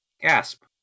Gasp